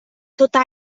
tota